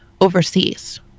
overseas